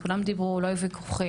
כולם דיברו,